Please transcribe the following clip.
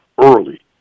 early